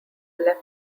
left